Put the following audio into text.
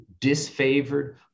disfavored